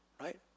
Right